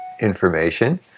information